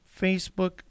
Facebook